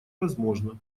возможно